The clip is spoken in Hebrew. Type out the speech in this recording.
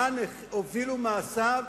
לאן הובילו מעשיו,